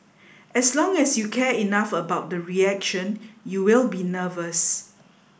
as long as you care enough about the reaction you will be nervous